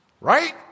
right